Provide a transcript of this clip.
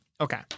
Okay